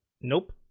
Nope